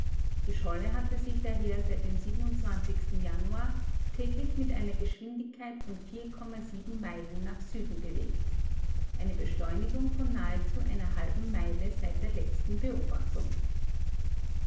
die scholle hatte sich daher seit dem januar täglich mit einer geschwindigkeit von sieben meilen nach süden bewegt eine beschleunigung von nahezu einer halben meile seit der letzten beobachtung